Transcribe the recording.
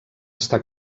està